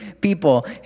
people